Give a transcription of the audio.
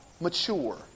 mature